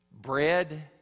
Bread